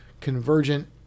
Convergent